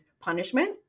punishment